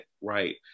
right